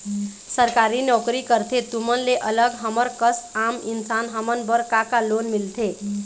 सरकारी नोकरी करथे तुमन ले अलग हमर कस आम इंसान हमन बर का का लोन मिलथे?